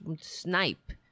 snipe